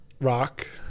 rock